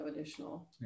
additional